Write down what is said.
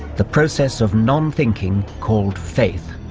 the process of non-thinking called faith